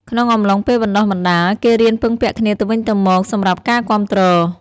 ក្នុងអំឡុងពេលបណ្តុះបណ្តាល គេរៀនពឹងពាក់គ្នាទៅវិញទៅមកសម្រាប់ការគាំទ្រ។